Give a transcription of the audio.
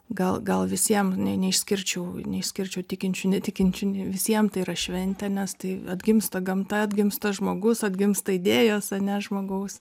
gal gal visiem ne neišskirčiau neišskirčiau tikinčių netikinčių ne visiem tai yra šventė nes tai atgimsta gamta atgimsta žmogus atgimsta idėjos ane žmogaus